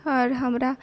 आओर हमरा